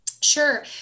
Sure